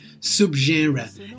subgenre